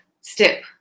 step